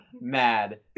mad